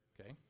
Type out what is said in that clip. Okay